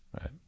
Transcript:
Right